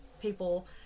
people